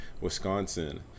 Wisconsin